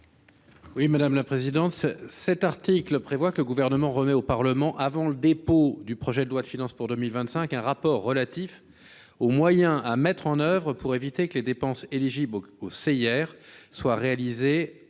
Capus. Le présent article dispose que le Gouvernement remet au Parlement avant le dépôt du projet de loi de finances pour 2025 « un rapport relatif aux moyens à mettre en œuvre pour éviter que des dépenses éligibles au crédit d’impôt